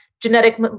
genetic